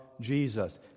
Jesus